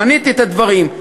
מניתי את הדברים,